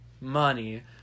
money